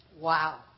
Wow